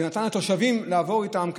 והוא נתן לתושבים לעבור איתם.